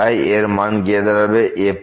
তাই এর মান গিয়ে দাঁড়াবে a